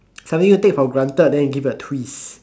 something you take for granted then you give it a twist